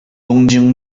东京